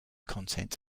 content